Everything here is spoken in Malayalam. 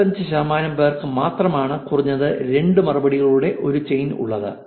25 ശതമാനം പേർക്ക് മാത്രമാണ് കുറഞ്ഞത് 2 മറുപടികളുടെ ഒരു ചെയിൻ ഉള്ളത്